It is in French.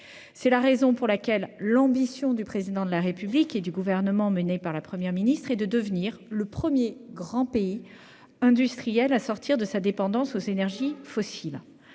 C'est la raison pour laquelle l'ambition du Président de la République et du Gouvernement, conduit par la Première ministre, est que la France devienne le premier grand pays industriel à sortir de sa dépendance aux énergies fossiles.